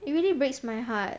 it really breaks my heart